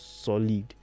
solid